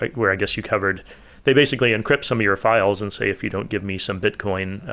like where i guess you covered they basically encrypt some of your files and say if you don't give me some bitcoin,